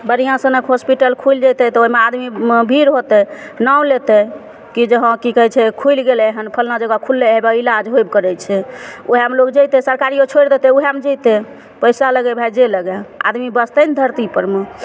बढ़िआँ सनक हॉस्पिटल खुलि जेतय तऽ ओइमे आदमी भीड़ होतय नाम लेतय की जे हँ की कहय छै खुलि गेलय हन फलाँ जगह खुललै हँ एगो इलाज हेबो करय छै ओएहमे लोग जेतय सरकारियो छोड़ि देतय उएहमे जेतय पैसा लगय भाय जे लगय आदमी बचतै नहि धरतीपर मे